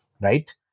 right